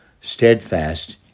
steadfast